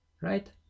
right